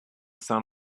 son